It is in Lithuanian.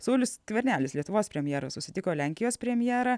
saulius skvernelis lietuvos premjeras susitiko lenkijos premjerą